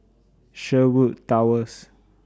Sherwood Towers